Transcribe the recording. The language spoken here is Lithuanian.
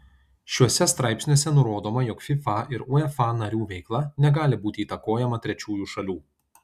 šiuose straipsniuose nurodoma jog fifa ir uefa narių veikla negali būti įtakojama trečiųjų šalių